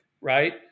right